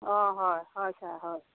অ' হয় হয় ছাৰ হয়